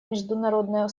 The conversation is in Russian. международное